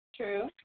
True